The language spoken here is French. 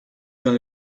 dans